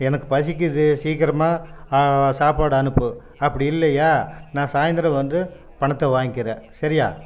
எனக்கு பசிக்குது சீக்கிரமாக சாப்பாடு அனுப்பு அப்படி இல்லையா நான் சாய்ந்தரம் வந்து பணத்தை வாங்கிக்கிறேன் சரியா